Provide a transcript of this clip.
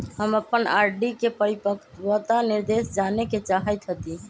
हम अपन आर.डी के परिपक्वता निर्देश जाने के चाहईत हती